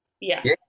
Yes